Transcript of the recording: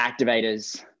activators